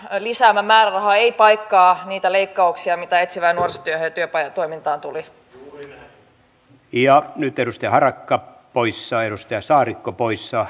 eli saman määräraha ei paikkaa niitä leikkauksia mitä enemmän syrjäseudulla ihmiset asuvat sitä enemmän he ovat tottuneet maksamaan kaikista muistakin palveluista enemmän